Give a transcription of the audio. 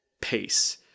pace